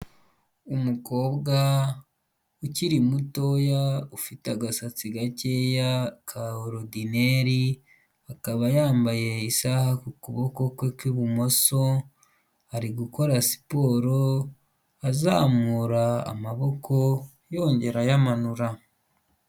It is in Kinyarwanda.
Umukobwa ukiri mutoya, ufite agasatsi gakeya ka orodineri, akaba yambaye isaha ku kuboko kwe kw'ibumoso, ari gukora siporo azamura amaboko, yongera ayamanura.